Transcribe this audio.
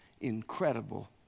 incredible